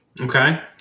Okay